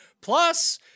Plus